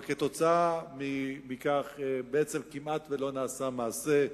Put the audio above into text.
אבל כתוצאה מכך בעצם כמעט שלא נעשה מעשה,